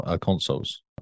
consoles